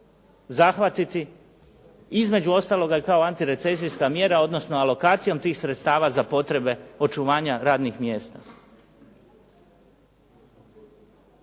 zahvatiti, između ostaloga i kao antirecesijska mjera, odnosno alokacijom tih sredstava za potrebe očuvanja radnih mjesta.